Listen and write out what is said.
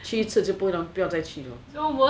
去一次就不要再去了